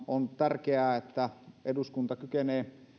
on tärkeää että eduskunta kykenee